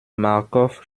marcof